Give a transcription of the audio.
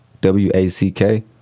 W-A-C-K